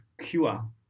cure